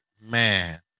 man